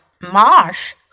marsh